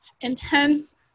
Intense